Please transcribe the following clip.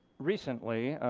recently,